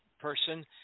person